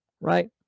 right